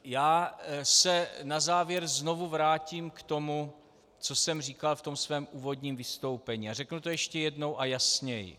Já se na závěr znovu vrátím k tomu, co jsem říkal ve svém úvodním vystoupení, a řeknu to ještě jednou a jasněji.